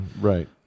Right